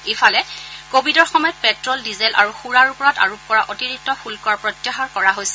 ইফালে কোৱিডৰ সময়ত প্টে'ল ডিজেল আৰু সুৰাৰ ওপৰত আৰোপ কৰা অতিৰিক্ত শুল্ক প্ৰত্যাহাৰ কৰা হৈছে